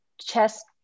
chest